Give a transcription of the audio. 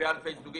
ואלפי סוגים.